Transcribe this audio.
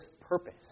purpose